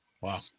Wow